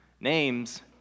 names